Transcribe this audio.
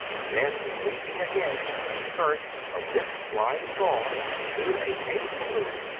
then leaping again, feet first, from this flying bar through a paper balloon,